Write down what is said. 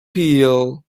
peel